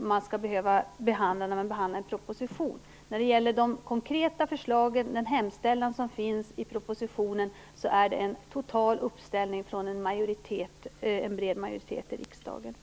man skall behöva behandla när man behandlar en proposition. När det gäller de konkreta förslagen, den hemställan som finns i propositionen, är det en total uppställning från en bred majoritet i riksdagen.